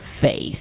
Face